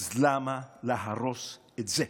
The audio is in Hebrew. אז למה להרוס את זה?